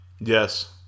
Yes